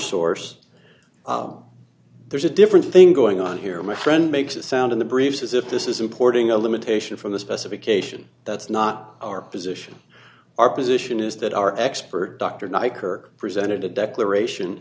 source there's a different thing going on here my friend makes it sound in the briefs as if this is importing a limitation from the specification that's not our position our position is that our expert dr knight her presented a declaration